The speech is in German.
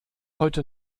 heute